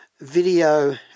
video